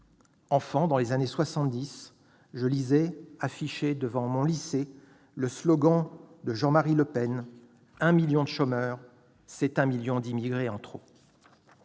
Enfant, dans les années soixante-dix, je lisais, affiché devant mon lycée, le slogan de Jean-Marie Le Pen : un million de chômeurs, c'est un million d'immigrés en trop !